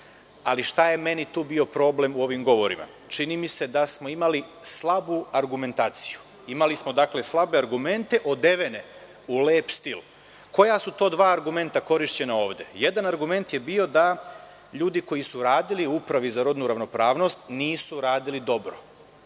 ali šta je tu meni bio problem u ovim govorima? Čini mi se da smo imali slabu argumentaciju. Dakle, imali smo slabe argumente odevene u lep stil. Koja su to dva argumenta korišćena ovde? Jedan argument je bio da ljudi koji su radili u Upravi za rodnu ravnopravnost nisu radili dobro.